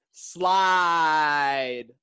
Slide